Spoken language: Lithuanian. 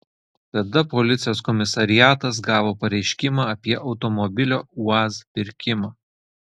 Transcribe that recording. tada policijos komisariatas gavo pareiškimą apie automobilio uaz pirkimą